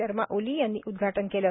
शर्मा ओली यांनी उदघाटन केलं